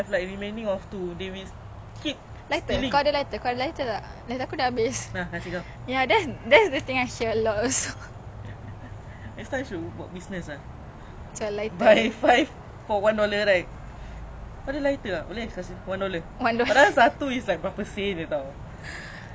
or you can start like refillable refillable lighter start a business !wow! look at us planning business ya I mean go for it